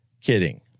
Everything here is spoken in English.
kidding